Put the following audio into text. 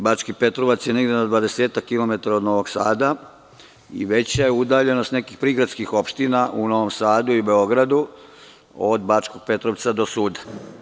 Bački Petrovac je negde na dvadesetak kilometara od Novog Sada, i veća je udaljenog nekih prigradskih opština u Novom Sadu i Beogradu, od Bačkog Petrovca do suda.